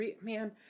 Man